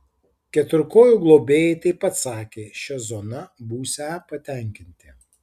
keturkojų globėjai taip pat sakė šia zona būsią patenkinti